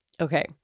Okay